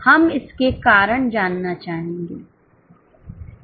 हम इसके कारण जानना चाहेंगे